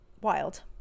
wild